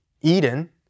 Eden